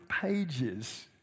pages